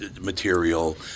material